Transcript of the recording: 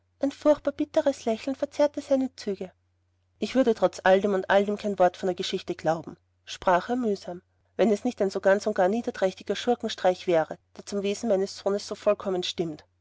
ein furchtbar bittres lächeln verzerrte seine züge ich würde trotz alledem und alledem kein wort von der geschichte glauben sprach er mühsam wenn es nicht ein so ganz und gar niederträchtiger schurkenstreich wäre der zum wesen meines sohnes so vollkommen stimmt